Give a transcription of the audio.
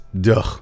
Duh